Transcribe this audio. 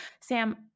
Sam